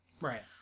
Right